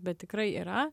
bet tikrai yra